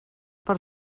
per